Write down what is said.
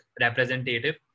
representative